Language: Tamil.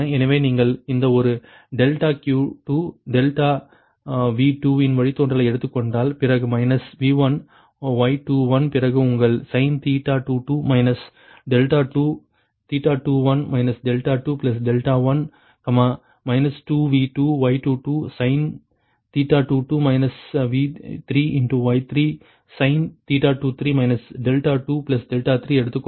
எனவே நீங்கள் இந்த ஒரு டெல்டா Q2 டெல்டா V2 இன் வழித்தோன்றலை எடுத்துக் கொண்டால் பிறகு மைனஸ் V1 Y21 பிறகு உங்கள் sin 21 21 2V2Y22 sin V3Y23 sin 23 23 எடுத்துக்கொண்டால்